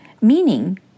meaning